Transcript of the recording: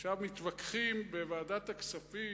עכשיו מתווכחים בוועדת הכספים,